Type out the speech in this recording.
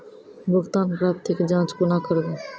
भुगतान प्राप्ति के जाँच कूना करवै?